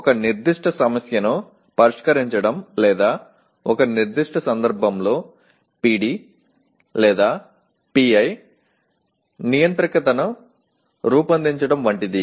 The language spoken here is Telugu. ఒక నిర్దిష్ట సమస్యను పరిష్కరించడం లేదా ఒక నిర్దిష్ట సందర్భంలో PD లేదా PI నియంత్రికను రూపొందించడం వంటిది